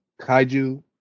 kaiju